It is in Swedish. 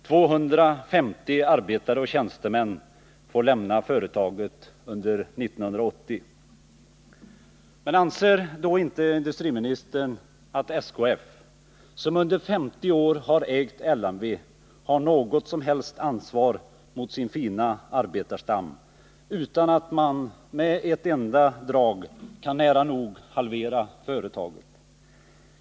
250 arbetare och tjänstemän får lämna företaget under 1980. Men anser inte industriministern att SKF, som under 50 år har ägt LMV, har något som helst ansvar för sin fina arbetarstam utan att man i ett enda drag kan nära nog 139 halvera företaget?